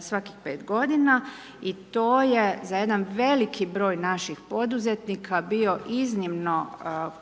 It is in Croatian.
svakih 5 g. i to je za jedan veliki broj naših poduzetnika bio iznimno